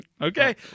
Okay